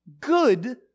good